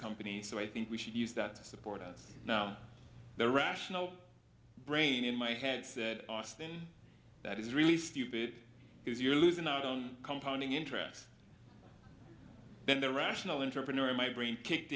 company so i think we should use that to support us now the rational brain in my head said austin that is really stupid because you're losing out on compounding interest then the rational intrapreneur in my brain kicked